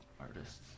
artists